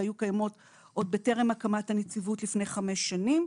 והיו קיימות עוד בטרם הקמת הנציבות לפני חמש שנים,